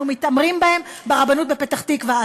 אנחנו מתעמרים בהם ברבנות בפתח-תקווה.